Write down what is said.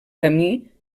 camí